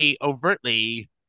overtly